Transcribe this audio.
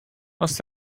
must